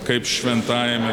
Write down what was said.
kaip šventajame